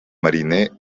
mariner